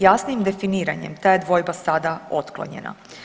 Jasnijim definiranjem ta je dvojba sada otklonjena.